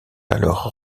alors